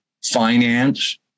finance